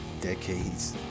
decades